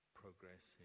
progress